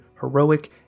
Heroic